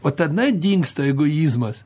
o tada dingsta egoizmas